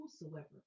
whosoever